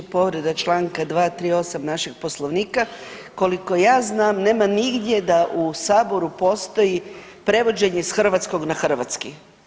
Povreda Članka 238. našeg Poslovnika, koliko ja znam nema nigdje da u saboru postoji prevođenje s hrvatskog na hrvatski.